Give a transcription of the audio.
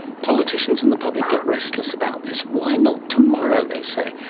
politicians and the public get restless about this. why not tomorrow, they say.